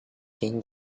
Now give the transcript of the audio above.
dzień